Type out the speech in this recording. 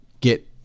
get